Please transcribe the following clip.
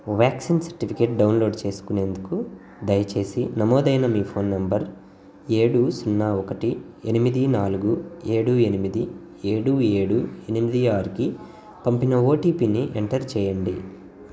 vaccine certificate download చేసుకునేందుకు దయచేసి నమోదైన మీ ఫోన్ నంబరు ఏడు సున్నా ఒకటి ఎనిమిది నాలుగు ఏడు ఎనిమిది ఏడు ఏడు ఎనిమిది ఆరుకి పంపిన ఓటీపీని ఎంటర్ చేయండి